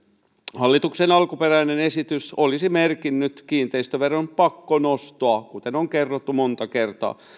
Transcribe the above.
hallituksen alkuperäinen esitys olisi merkinnyt kiinteistöveron pakkonostoa kuten on kerrottu monta kertaa